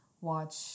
watch